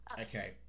okay